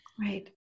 Right